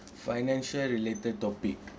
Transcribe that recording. financial related topic